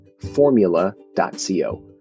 formula.co